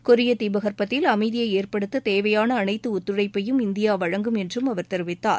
கொரிய தீபகற்பத்தில் அமைதியை ஏற்படுத்த தேவையாள அனைத்து ஒத்துழைப்பையும் இந்தியா வழங்கும் என்றும் அவர் தெரிவித்தார்